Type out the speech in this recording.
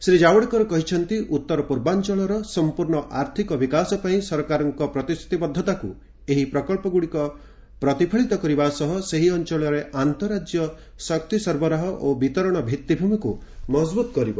ଶ୍ରୀ ଜାଭଡେକର କହିଛନ୍ତି ଉତ୍ତର ପୂର୍ବାଞ୍ଚଳର ସମ୍ପୂର୍ଣ୍ଣ ଆର୍ଥିକ ବିକାଶ ପାଇଁ ସରକାରଙ୍କ ପ୍ରତିଶ୍ରତିବଦ୍ଧତାକୁ ଏହି ପ୍ରକଳ୍ପଗୁଡ଼ିକ ପ୍ରତିଫଳିତ କରିବା ସହ ସେହି ଅଞ୍ଚଳରେ ଅନ୍ତଃରାଜ୍ୟ ଶକ୍ତିସର୍ବରାହ ଓ ବିତରଣ ଭିଭିଭିମିକୁ ମଜବୃତ କରିବ